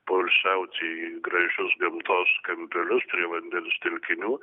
poilsiaut į gražius gamtos kampelius prie vandens telkinių